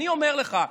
אני אומר לך,